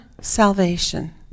salvation